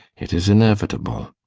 it is inevitable.